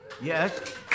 Yes